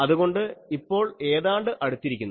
അതുകൊണ്ട് ഇപ്പോൾ ഏതാണ്ട് അടുത്തിരിക്കുന്നു